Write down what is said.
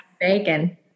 bacon